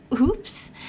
Oops